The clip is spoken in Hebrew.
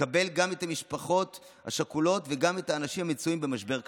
לקבל גם את המשפחות השכולות וגם את האנשים המצויים במשבר קשה.